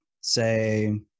say